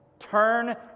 Turn